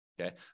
Okay